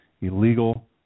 illegal